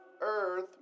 earth